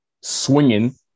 swinging